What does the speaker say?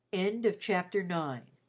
end of chapter nine